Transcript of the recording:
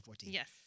Yes